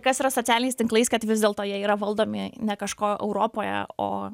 kas yra socialiniais tinklais kad vis dėlto jie yra valdomi ne kažko europoje o